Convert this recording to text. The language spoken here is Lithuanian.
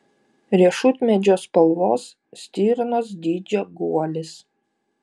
riešutmedžio spalvos stirnos dydžio guolis